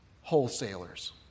wholesalers